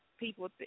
People